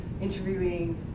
interviewing